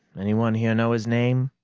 anyone here know his name?